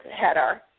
header